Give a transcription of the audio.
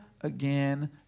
again